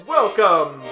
Welcome